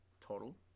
Total